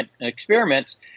experiments